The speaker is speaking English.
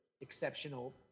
exceptional